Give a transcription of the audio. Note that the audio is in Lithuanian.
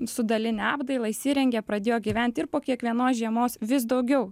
su daline apdaila įsirengia pradėjo gyvent ir po kiekvienos žiemos vis daugiau